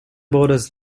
borders